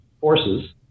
forces